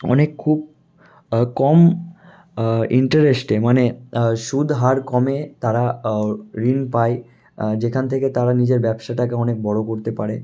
অনেক খুব কম ইন্টারেস্টে মানে সুদ হার কমে তারা ঋণ পায় যেখান থেকে তারা নিজের ব্যবসাটাকে অনেক বড়ো করতে পারে